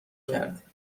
کرد